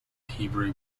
hebrew